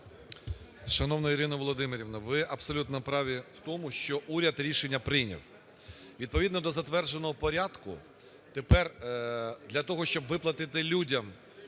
Шановна Ірино Володимирівна, ви абсолютно праві в тому, що уряд рішення прийняв. Відповідно до затвердженого порядку тепер для того, щоб виплатити людям